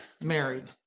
married